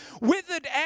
Withered